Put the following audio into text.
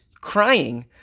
crying